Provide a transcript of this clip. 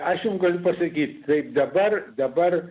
aš jum galiu pasakyt taip dabar dabar